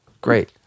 great